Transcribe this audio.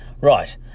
Right